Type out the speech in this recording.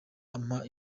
ampa